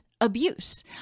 abuse